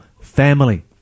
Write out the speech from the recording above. family